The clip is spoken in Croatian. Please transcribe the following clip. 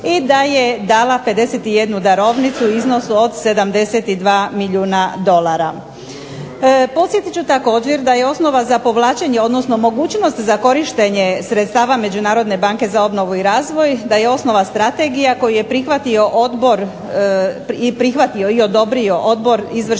i da je dala 51 darovnicu u iznosu od 72 milijuna dolara. Podsjetit ću također da je osnova za povlačenje, odnosno mogućnost za korištenje sredstava Međunarodne banke za obnovu i razvoj, da je osnova strategija koju je prihvatio odbor, i prihvatio